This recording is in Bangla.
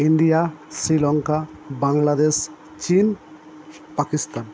ইন্ডিয়া শ্রীলঙ্কা বাংলাদেশ চীন পাকিস্তান